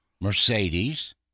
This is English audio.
Mercedes